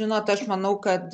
žinot aš manau kad